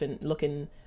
looking